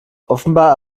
offenbar